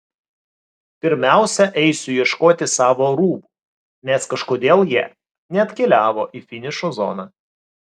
pirmiausia eisiu ieškoti savo rūbų nes kažkodėl jie neatkeliavo į finišo zoną